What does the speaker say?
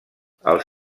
els